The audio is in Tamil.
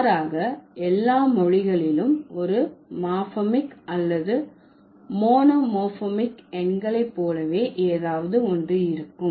மாறாக எல்லா மொழிகளிலும் ஒரு மார்பெமிக் அல்லது மோனோமோர்பமிக் எண்களை போலவே ஏதாவது ஒன்று இருக்கும்